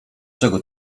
czego